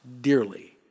dearly